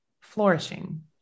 flourishing